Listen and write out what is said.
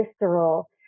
visceral